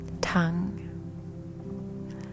Tongue